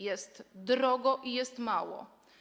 Jest drogo i jest mało.